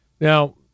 Now